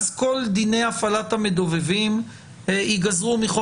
אז כל דיני הפעלת המדובבים ייגזרו מחוק